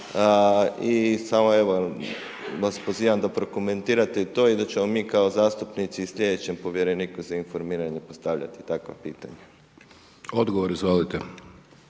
i sada evo vas pozivam da prokomentirate i to i da ćemo mi kao zastupnici slijedećem Povjereniku za informiranje postavljati takva pitanja. **Hajdaš